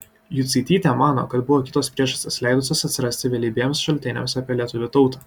jucaitytė mano kad buvo kitos priežastys leidusios atsirasti vėlybiems šaltiniams apie lietuvių tautą